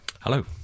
Hello